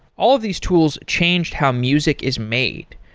all these tools changed how music is made.